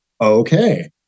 okay